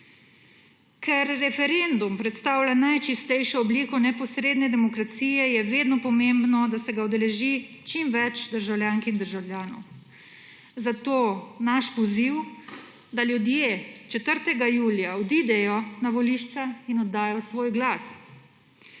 Ker referendum predstavlja najčistejšo obliko neposredne demokracije, je vedno pomembno, da se ga udeleži čim več državljank in državljanov, zato naš poziv, da ljudje 4. julija odidejo na volišča in oddajo svoj glas.